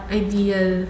ideal